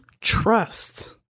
trust